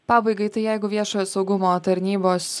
pabaigai tai jeigu viešojo saugumo tarnybos